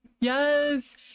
Yes